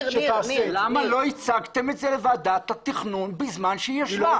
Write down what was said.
למה לא הצגתם את זה לוועדת התכנון בזמן שהיא ישבה?